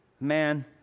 Man